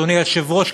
אדוני היושב-ראש,